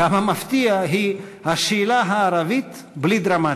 כמה מפתיע, היא: "השאלה הערבית, בלי דרמטיות".